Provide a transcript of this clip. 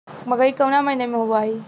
मकई कवना महीना मे बोआइ?